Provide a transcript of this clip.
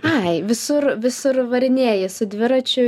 ai visur visur varinėji su dviračiu